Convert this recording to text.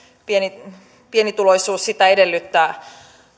pienituloisuus sitä edellyttää